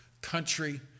country